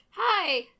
Hi